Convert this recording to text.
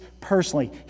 personally